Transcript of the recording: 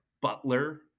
Butler